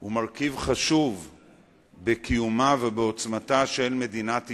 הוא מרכיב חשוב בקיומה ובעוצמתה של מדינת ישראל,